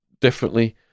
differently